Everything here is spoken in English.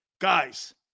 Guys